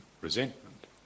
resentment